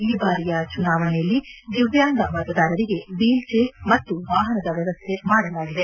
ಈ ಬಾರಿಯ ಚುನಾವಣೆಯಲ್ಲಿ ದಿವ್ದಾಂಗ ಮತದಾರರಿಗೆ ವೀಲ್ ಚೇರ್ ಮತ್ತು ವಾಹನದ ವ್ದವಸ್ಥೆ ಮಾಡಲಾಗಿದೆ